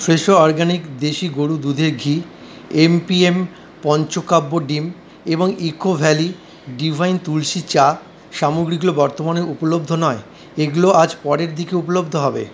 Fresho organic দেশি গরুর দুধের ঘি এমপিএম পঞ্চকাব্য ডিম এবং ইকো ভ্যালি ডিভাইন তুলসি চা সামগ্রীগুলো বর্তমানে উপলব্ধ নয় এগুলো আজ পরের দিকে উপলব্ধ হবে